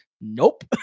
nope